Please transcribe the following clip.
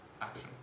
action